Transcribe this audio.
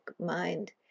mind